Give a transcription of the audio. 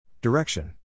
Direction